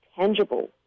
tangible